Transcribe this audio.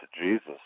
Jesus